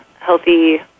Healthy